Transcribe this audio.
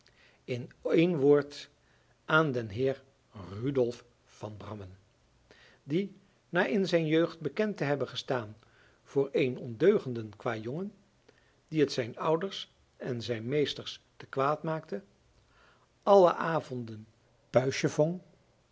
in één woord aan den heer rudolf van brammen die na in zijn jeugd bekend te hebben gestaan voor een ondeugenden kwâjongen die het zijn ouders en zijn meesters te kwaad maakte alle avonden puisje vong